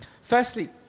Firstly